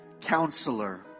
Counselor